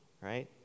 right